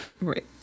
Right